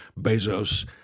bezos